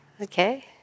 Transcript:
Okay